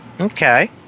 Okay